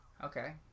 Okay